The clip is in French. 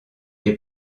est